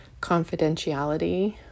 confidentiality